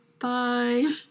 Bye